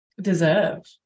deserve